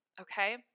Okay